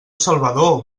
salvador